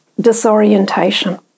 disorientation